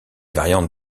variantes